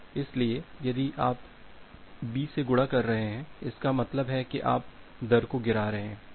इसलिए यदि आप b से गुणा कर रहे हैं इसका मतलब है आप दर को गिरा रहे हैं